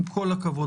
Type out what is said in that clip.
עם כל הכבוד,